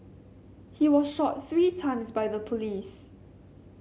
he was shot three times by the police